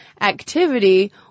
activity